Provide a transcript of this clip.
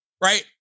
right